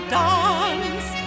dance